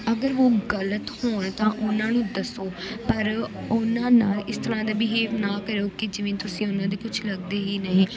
ਅਗਰ ਉਹ ਗਲਤ ਹੋਣ ਤਾਂ ਉਹਨਾਂ ਨੂੰ ਦੱਸੋ ਪਰ ਉਹਨਾਂ ਨਾਲ਼ ਇਸ ਤਰ੍ਹਾਂ ਦਾ ਬਿਹੇਵ ਨਾ ਕਰੋ ਕਿ ਜਿਵੇਂ ਤੁਸੀਂ ਉਹਨਾਂ ਦੇ ਕੁਝ ਲੱਗਦੇ ਹੀ ਨਹੀਂ